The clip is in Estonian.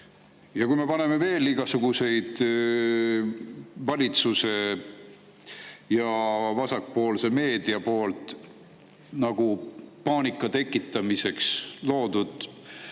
Ja kui me [lisame] veel igasugused valitsuse ja vasakpoolse meedia nagu paanika tekitamiseks loodud